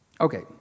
Okay